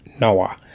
Noah